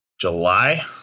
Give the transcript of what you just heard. July